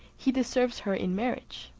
he deserves her in marriage.